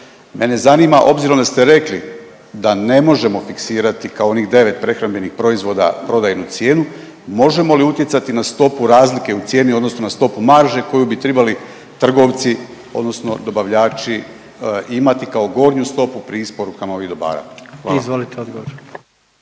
Mene zanima obzirom da ste rekli da ne možemo fiksirati kao onih devet prehrambenih proizvoda prodajnu cijenu možemo li utjecati na stopu razlike u cijeni odnosno na stopu marže koju bi tribali trgovci odnosno dobavljači imati kao gornju stopu pri isporukama ovih dobara? **Jandroković, Gordan